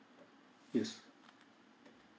yes